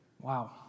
Wow